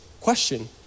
question